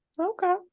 Okay